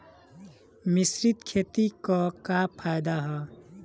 मिश्रित खेती क का फायदा ह?